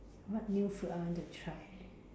what new food I want to try